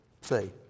See